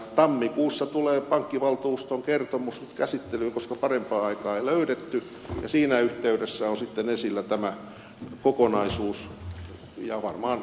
tammikuussa tulee pankkivaltuuston kertomus käsittelyyn koska parempaa aikaa ei löydetty ja siinä yhteydessä on sitten esillä tämä kokonaisuus ja varmaan sitä ennenkin